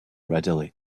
readily